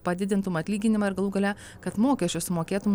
padidintum atlyginimą ir galų gale kad mokesčius sumokėtum